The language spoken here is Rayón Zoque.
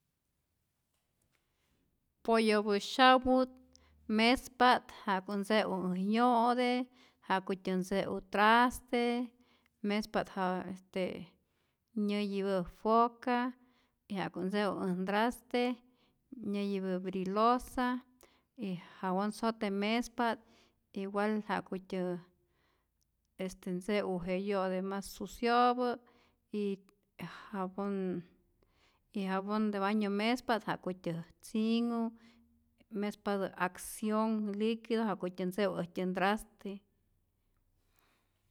Poyopä syaput mespa't ja'ku ntze'u äj yo'te, ja'kutyä ntze'u traste, mespa't ja este nyäyipä' foca ja'ku't ntze'u äj ntraste, vidri losa y jabon sote mespa't igual ja'kutyä este ntze'u je yo'te mas suciopä y aj jabon de baño mespa't ja'kutyä tzinhu, mespatä accion liquido ja'kutyä ntze'u äjtyä ntraste.